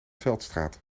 veldstraat